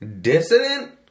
Dissident